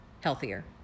healthier